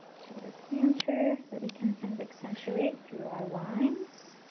to our planter that we can kind of accentuate through our lines.